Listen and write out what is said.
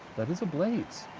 that is a blaze.